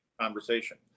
conversation